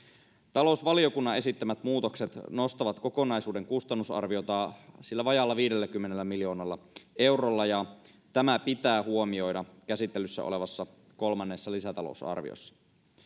talousvaliokunnan esittämät muutokset nostavat kokonaisuuden kustannusarviota sillä vajaalla viidelläkymmenellä miljoonalla eurolla ja tämä pitää huomioida käsittelyssä olevassa kolmannessa lisätalousarviossa